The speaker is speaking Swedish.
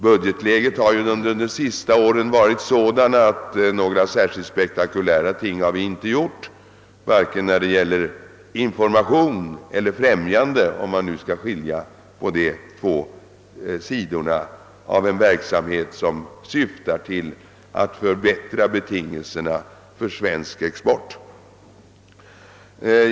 Budgetläget har under de senaste åren varit sådant, att vi inte vidtagit några särskilt spektakulära åtgärder vare sig när det gäller information eller i främjande syfte, om man nu skall skilja på dessa båda sidor av en verksamhet som syftar till att förbättra betingelserna för svensk export.